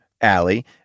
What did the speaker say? Allie